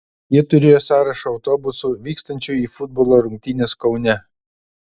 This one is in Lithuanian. jie turėjo sąrašą autobusų vykstančių į futbolo rungtynes kaune